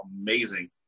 amazing